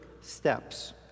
steps